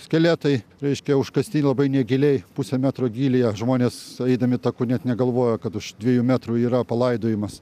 skeletai reiškia užkasti labai negiliai pusę metro gylyje žmonės eidami taku net negalvojo kad už dviejų metrų yra palaidojimas